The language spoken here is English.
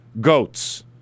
goats